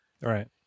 Right